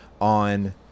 on